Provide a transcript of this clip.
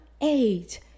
eight